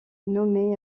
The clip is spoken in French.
nommé